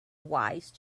wise